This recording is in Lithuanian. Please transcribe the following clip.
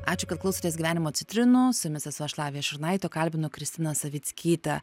ačiū kad klausotės gyvenimo citrinų su jumis esu aš lavija šurnaitė o kalbinu kristiną savickytę